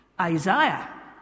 Isaiah